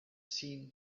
seen